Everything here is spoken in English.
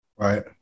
Right